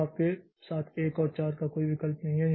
तो आपके साथ 1 और 4 का कोई विकल्प नहीं है